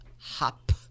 hop